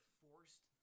forced